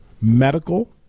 Medical